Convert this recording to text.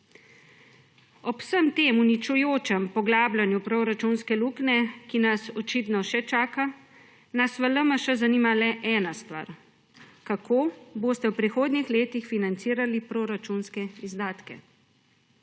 Ob vsem tem uničujočem poglabljanju proračunske luknje, ki nas očitno še čaka, nas v LMŠ zanima le ena stvar: kako boste v prihodnjih letih financirali proračunske izdatke?